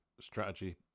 strategy